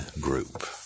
group